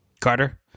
Carter